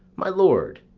my lord,